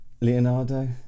Leonardo